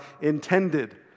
intended